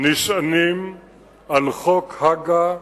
נשענים על חוק הג"א,